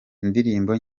indirimbo